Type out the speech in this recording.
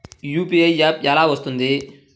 UPI app ఎలా వస్తుంది?